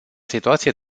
situație